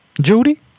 Judy